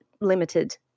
limited